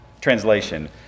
translation